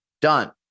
done